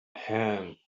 hand